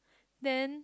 then